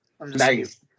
Nice